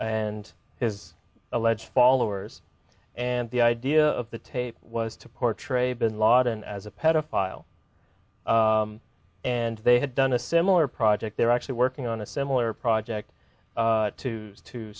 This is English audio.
and his alleged followers and the idea of the tape was to portray bin laden as a pedophile and they had done a similar project they were actually working on a similar project